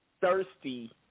thirsty